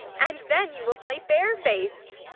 and then you will play bare-fac'd.